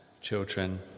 children